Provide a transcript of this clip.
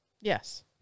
Yes